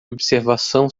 observação